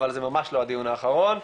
אבל זה ממש לא הדיון האחרון,